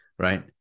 right